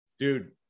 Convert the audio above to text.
Dude